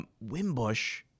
Wimbush